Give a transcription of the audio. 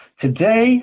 today